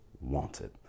wanted